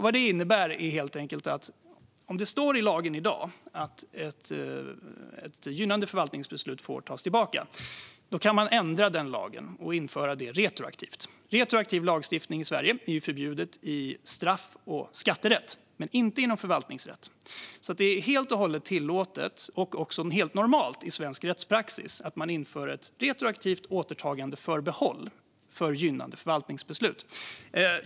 Det innebär helt enkelt att även om det i dag står i lagen att ett gynnande förvaltningsbeslut får tas tillbaka kan man ändra lagen och införa det retroaktivt. Retroaktiv lagstiftning i Sverige är förbjuden i straff och skatterätt men inte inom förvaltningsrätt. Det är alltså fullt tillåtet och också helt normalt i svensk rättspraxis med ett retroaktivt återtagandeförbehåll för gynnande förvaltningsbeslut.